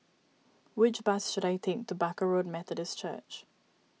which bus should I take to Barker Road Methodist Church